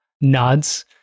nods